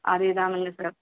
அதே தான்ங்க சார்